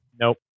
Nope